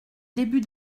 début